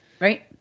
right